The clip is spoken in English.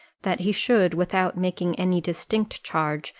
that he should, without making any distinct charge,